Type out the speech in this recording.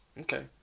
Okay